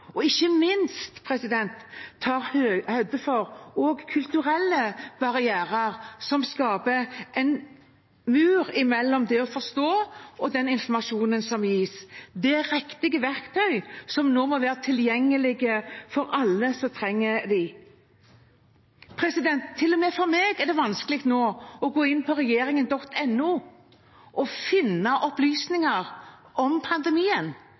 og ikke minst at den tar høyde for kulturelle barrierer som skaper en mur mellom det å forstå, og den informasjonen som gis. Det er riktige verktøy som nå må være tilgjengelig for alle som trenger dem. Til og med for meg er det nå vanskelig å gå inn på regjeringen.no og finne opplysninger om pandemien,